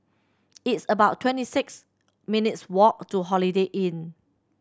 it's about twenty six minutes' walk to Holiday Inn